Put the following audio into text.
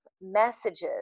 messages